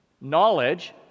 Knowledge